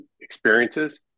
experiences